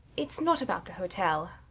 it's not about the hotel.